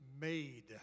made